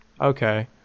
Okay